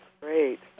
great